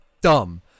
dumb